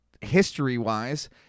history-wise